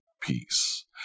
peace